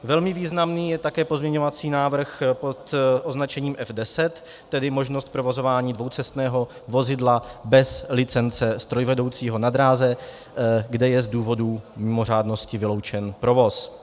Velmi významný je také pozměňovací návrh pod označením F10, tedy možnost provozování dvoucestného vozidla bez licence strojvedoucího na dráze, kde je z důvodu mimořádnosti vyloučen provoz.